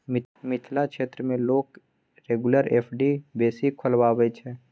मिथिला क्षेत्र मे लोक रेगुलर एफ.डी बेसी खोलबाबै छै